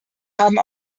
haben